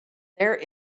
there